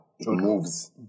moves